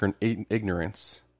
ignorance